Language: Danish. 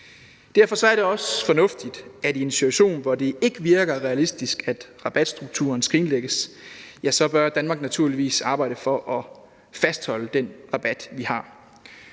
Derfor er det også fornuftigt, at i en situation, hvor det ikke virker realistisk at rabatstrukturen skrinlægges, bør Danmark naturligvis arbejde for at fastholde den rabat, vi har.